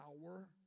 power